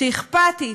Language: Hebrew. שאכפתית,